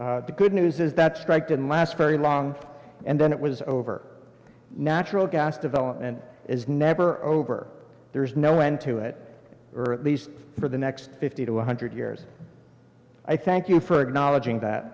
strike the good news is that strike didn't last very long and then it was over natural gas development is never over there is no end to it urt least for the next fifty to one hundred years i thank you for acknowledging that